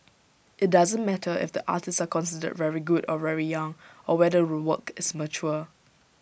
IT doesn't matter if the artists are considered very good or very young or whether the work is mature